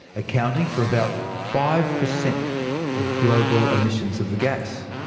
accounting for about five percent of global emissions of the gas.